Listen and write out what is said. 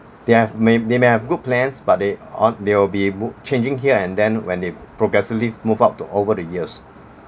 they've may they may have good plans but they'll all they'll be m~ changing here and then when they progressively move out to over the years